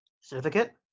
certificate